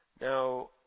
Now